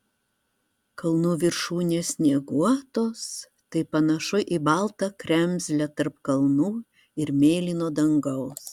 kalnų viršūnės snieguotos tai panašu į baltą kremzlę tarp kalnų ir mėlyno dangaus